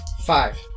Five